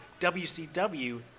WCW